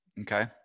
Okay